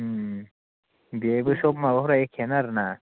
ओम बेहायबो सब माबाफोरा एखेयानो आरोना